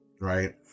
right